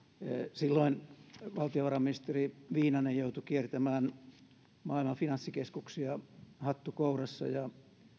silloin valtiovarainministeri viinanen joutui kiertämään maailman finanssikeskuksia hattu kourassa ja